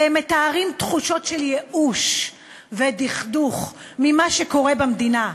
והם מתארים תחושות של ייאוש ודכדוך ממה שקורה במדינה.